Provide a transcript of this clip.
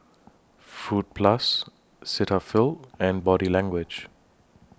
Fruit Plus Cetaphil and Body Language